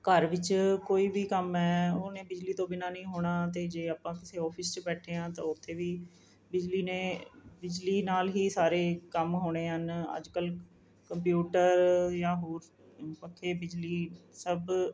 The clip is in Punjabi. ਘਰ ਵਿੱਚ ਕੋਈ ਵੀ ਕੰਮ ਹੈ ਉਹਨੇ ਬਿਜਲੀ ਤੋਂ ਬਿਨਾਂ ਨਹੀਂ ਹੋਣਾ ਅਤੇ ਜੇ ਆਪਾਂ ਕਿਸੇ ਆਫਿਸ 'ਚ ਬੈਠੇ ਹਾਂ ਤਾਂ ਉੱਥੇ ਵੀ ਬਿਜਲੀ ਨੇ ਬਿਜਲੀ ਨਾਲ ਹੀ ਸਾਰੇ ਕੰਮ ਹੋਣੇ ਹਨ ਅੱਜ ਕੱਲ੍ਹ ਕੰਪਿਊਟਰ ਜਾਂ ਹੋਰ ਪੱਖੇ ਬਿਜਲੀ ਸਭ